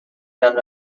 none